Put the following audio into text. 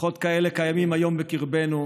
כוחות כאלה קיימים כיום בקרבנו,